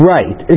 Right